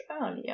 earlier